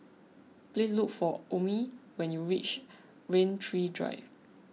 please look for Omie when you reach Rain Tree Drive